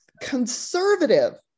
conservative